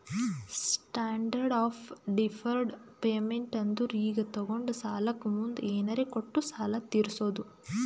standard of deferred payment ಅಂದುರ್ ಈಗ ತೊಗೊಂಡ ಸಾಲಕ್ಕ ಮುಂದ್ ಏನರೇ ಕೊಟ್ಟು ಸಾಲ ತೀರ್ಸೋದು